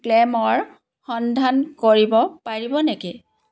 ক্লে'মৰ সন্ধান কৰিব পৰিব নেকি